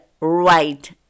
right